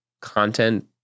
content